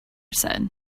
said